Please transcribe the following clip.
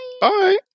Bye